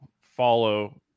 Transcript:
follow